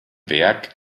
werk